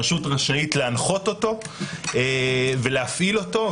הרשות רשאית להנחות אותו ולהפעיל אותו,